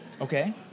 Okay